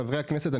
חברי הכנסת,